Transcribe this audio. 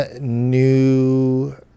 new